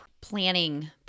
planning